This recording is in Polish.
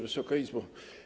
Wysoka Izbo!